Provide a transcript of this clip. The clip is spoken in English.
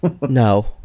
No